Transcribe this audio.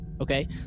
okay